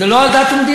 זה לא על דת ומדינה,